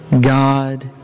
God